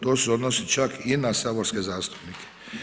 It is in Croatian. To se odnosi čak i na saborske zastupnike.